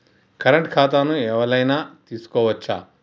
Current ఖాతాను ఎవలైనా తీసుకోవచ్చా?